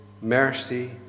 mercy